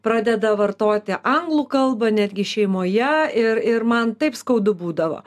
pradeda vartoti anglų kalbą netgi šeimoje ir ir man taip skaudu būdavo